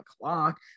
o'clock